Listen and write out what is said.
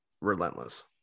relentless